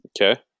Okay